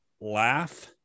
laugh